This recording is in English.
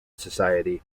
society